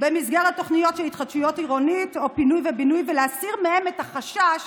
במסגרת תוכניות של התחדשות עירונית או פינוי ובינוי ולהסיר מהם את החשש